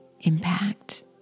impact